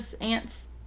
ants